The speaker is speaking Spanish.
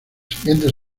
siguientes